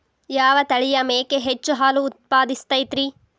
ಯಾವ ತಳಿಯ ಮೇಕೆ ಹೆಚ್ಚು ಹಾಲು ಉತ್ಪಾದಿಸತೈತ್ರಿ?